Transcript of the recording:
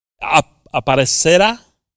aparecerá